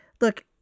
look